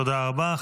תודה רבה.